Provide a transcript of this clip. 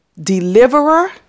deliverer